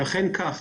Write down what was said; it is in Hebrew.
זה אכן כך.